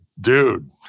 Dude